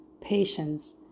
patience